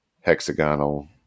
hexagonal